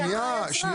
אתה הרי היצרן.